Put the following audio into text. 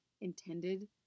intended